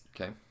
Okay